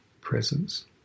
presence